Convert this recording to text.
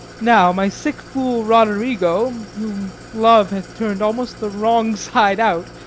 now, my sick fool roderigo, whom love hath turn'd almost the wrong side out,